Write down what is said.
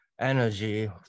energy